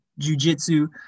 jujitsu